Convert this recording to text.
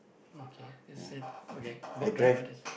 okay let's set okay boat driver then